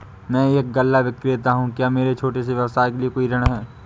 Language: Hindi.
मैं एक गल्ला विक्रेता हूँ क्या मेरे छोटे से व्यवसाय के लिए कोई ऋण है?